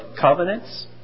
covenants